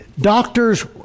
doctors